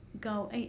go